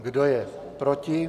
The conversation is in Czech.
Kdo je proti?